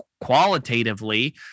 qualitatively